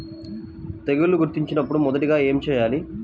తెగుళ్లు గుర్తించినపుడు మొదటిగా ఏమి చేయాలి?